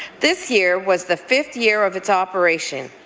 this year was the fifth year of its operation,